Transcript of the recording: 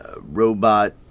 robot